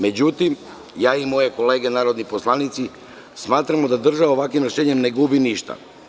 Međutim, ja i moje kolege narodni poslanici smatramo da država ovakvim rešenjem ne gubi ništa.